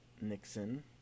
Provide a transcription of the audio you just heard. Nixon